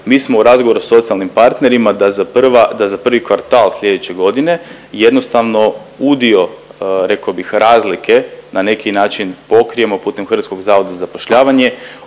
mi smo u razgovoru sa socijalnim partnerima da za prvi kvartal sljedeće godine jednostavno udio, reko bih razlike na neki način pokrijemo putem HZZ-a o iznosima o